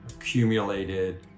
accumulated